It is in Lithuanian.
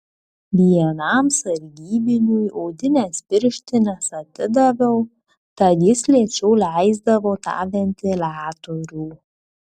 vienam sargybiniui odines pirštines atidaviau tad jis lėčiau leisdavo tą ventiliatorių